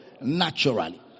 naturally